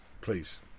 please